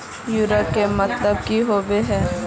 उर्वरक के मतलब की होबे है?